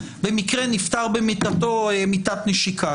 במקרה נפטר במיטתו מיטת נשיקה.